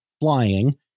flying